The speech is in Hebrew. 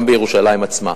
גם בירושלים עצמה.